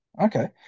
Okay